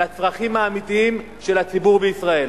לצרכים האמיתיים של הציבור בישראל.